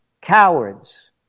Cowards